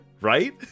Right